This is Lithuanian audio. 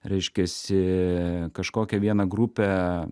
reiškiasi kažkokią vieną grupę